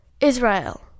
Israel